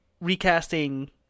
recasting